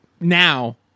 now